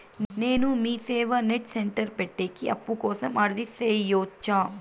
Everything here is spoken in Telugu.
నేను మీసేవ నెట్ సెంటర్ పెట్టేకి అప్పు కోసం అర్జీ సేయొచ్చా?